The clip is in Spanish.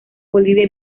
bolivia